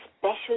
special